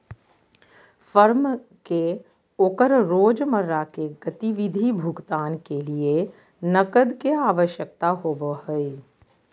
firm के ओकर रोजमर्रा के गतिविधि भुगतान के लिये नकद के आवश्यकता होबो हइ